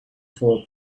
four